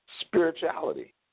spirituality